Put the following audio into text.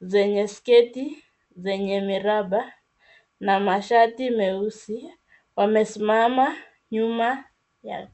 zenye sketi zenye miraba na mashati meusi. Wamesimama nyuma yao.